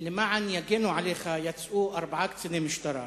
למען יגנו עליך יצאו ארבעה קציני משטרה,